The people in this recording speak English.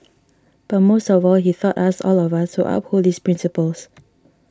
but most of all he taught us all of us to uphold these principles